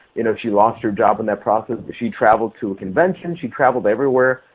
you know, she lost her job in that process. she traveled to a convention. she traveled everywhere.